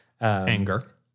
Anger